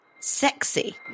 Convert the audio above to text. sexy